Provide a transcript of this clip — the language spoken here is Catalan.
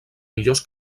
millors